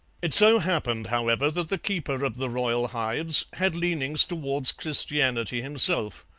it so happened, however, that the keeper of the royal hives had leanings towards christianity himself,